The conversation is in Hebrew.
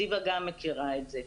גם זיוה מכירה את זה.